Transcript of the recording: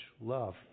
love